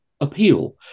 appeal